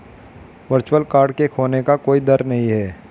virtual card के खोने का कोई दर नहीं है